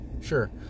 Sure